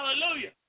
Hallelujah